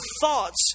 thoughts